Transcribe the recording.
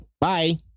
Bye